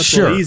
Sure